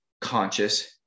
conscious